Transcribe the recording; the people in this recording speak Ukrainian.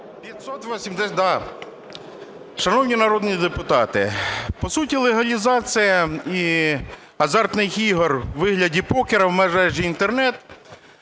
Г.М. Да. Шановні народні депутати, по суті легалізація азартних ігор у вигляді покеру у мережі Інтернет